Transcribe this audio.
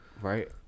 Right